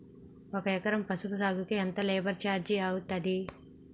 ఒక ఎకరం పసుపు సాగుకు ఎంత లేబర్ ఛార్జ్ అయితది?